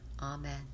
Amen